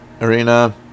Arena